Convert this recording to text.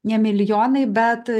ne milijonai bet